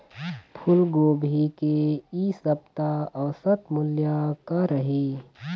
फूलगोभी के इ सप्ता औसत मूल्य का रही?